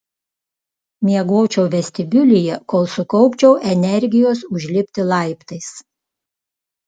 miegočiau vestibiulyje kol sukaupčiau energijos užlipti laiptais